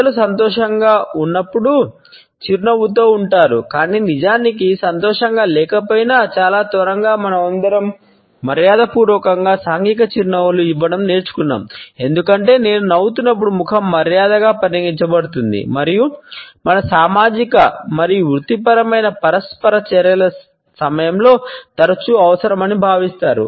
ప్రజలు సాధారణంగా సంతోషంగా ఉన్నప్పుడు చిరునవ్వుతో ఉంటారు కాని నిజానికి సంతోషంగా లేకపోయినా చాలా త్వరగా మనమందరం మర్యాదపూర్వకంగా సాంఘిక చిరునవ్వులను ఇవ్వడం నేర్చుకున్నాం ఎందుకంటే నేను నవ్వుతున్నప్పుడు ముఖం మర్యాదగా పరిగణించబడుతుంది మరియు మన సామాజిక మరియు వృత్తిపరమైన పరస్పర చర్యల సమయంలో తరచుగా అవసరమని భావిస్తారు